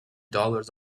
dollars